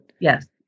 Yes